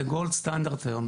זה גולד סטנדרט היום.